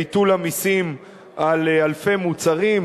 ביטול המסים על אלפי מוצרים,